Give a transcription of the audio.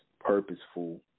purposeful